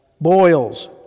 boils